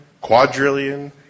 quadrillion